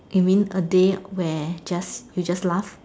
you mean a day where just you just laugh